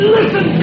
Listen